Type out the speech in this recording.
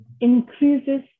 increases